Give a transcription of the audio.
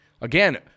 Again